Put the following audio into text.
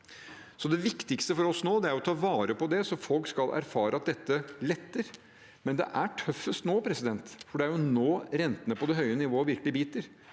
Det viktigste for oss nå er å ta vare på det, slik at folk skal erfare at dette letter. Likevel er det tøffest nå, for det er jo nå rentene på det høye nivået virkelig biter,